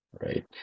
Right